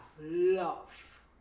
love